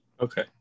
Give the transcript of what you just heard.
Okay